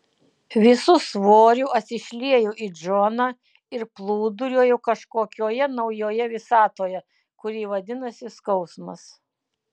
visu svoriu atsišlieju į džoną ir plūduriuoju kažkokioje naujoje visatoje kuri vadinasi skausmas